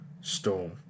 Storm